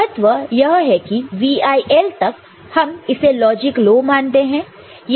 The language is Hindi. महत्व यह है कि VIL तक हम इसे लॉजिक लो मानते हैं